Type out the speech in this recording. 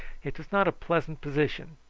it was not a pleasant position,